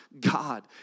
God